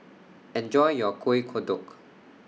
Enjoy your Kueh Kodok